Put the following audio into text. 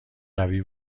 قوی